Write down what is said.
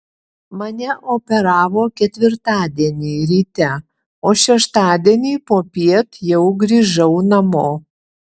mane operavo ketvirtadienį ryte o šeštadienį popiet jau grįžau namo